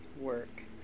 Work